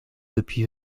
depuis